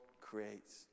creates